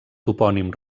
topònim